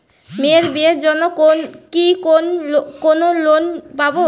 মেয়ের বিয়ের জন্য কি কোন লোন পাব?